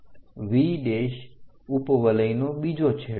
V ઉપવલયનો બીજો છેડો છે